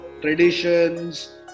traditions